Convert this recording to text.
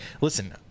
Listen